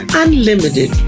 unlimited